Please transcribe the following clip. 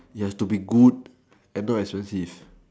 it has to be good and not expensive